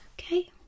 Okay